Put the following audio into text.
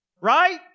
right